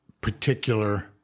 particular